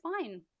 fine